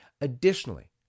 Additionally